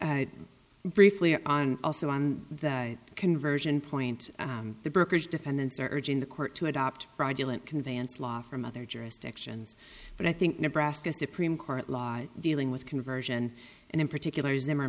touching briefly on also on the conversion point the brokers defendants are urging the court to adopt fraudulent conveyance law from other jurisdictions but i think nebraska supreme court law dealing with conversion and in particular is